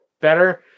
better